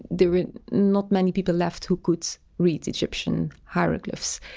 there are not many people left who could read egyptian hieroglyphs.